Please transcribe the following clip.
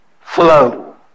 flow